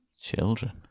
Children